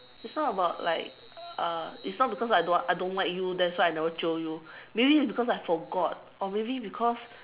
it's not about like uh it's not because I don't want I don't like you that's why I never jio you maybe because I forgot or maybe because